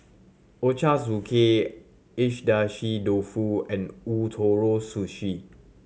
Ochazuke Age dashi dofu and Ootoro Sushi